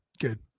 Good